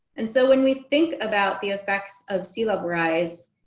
and so when we think about the effects of sea level rise,